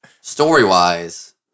Story-wise